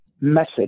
message